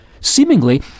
Seemingly